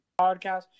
podcast